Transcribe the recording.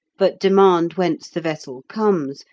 but demand whence the vessel comes,